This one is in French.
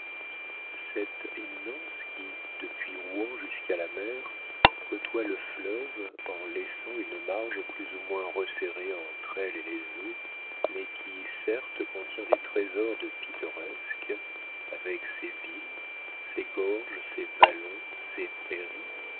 cette éminence qui depuis rouen jusqu'à la mer côtoie le fleuve en laissant une marge plus ou moins resserrée entre elle et les eaux mais qui certes contient des trésors de pittoresque avec ses villes ses gorges ses vallons ses prairies